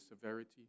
severity